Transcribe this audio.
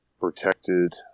protected